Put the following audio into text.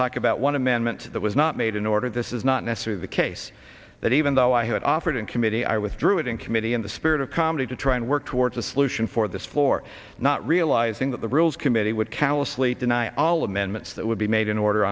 talk about one amendment that was not made in order this is not necessarily the case that even though i had offered in committee i withdrew it in committee in the spirit of comedy to try and work towards a solution for this floor not realizing that the rules committee would callously deny all amendments that would be made in order